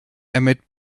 amid